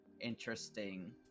interesting